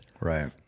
Right